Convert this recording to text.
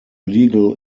legal